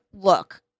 look